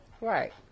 Right